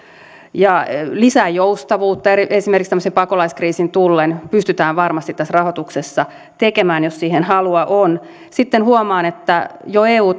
lisää joustavuutta esimerkiksi tällaisen pakolaiskriisin tullen pystytään varmasti tässä rahoituksessa tekemään jos siihen halua on sitten huomaan että jo eu